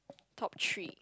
top three